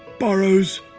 burrows,